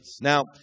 Now